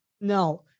No